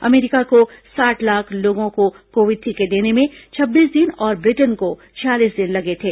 अमरीका को साठ लाख लोगों को कोविड टीके देने में छब्बीस दिन और ब्रिटेन को छियालीस दिन लगे थे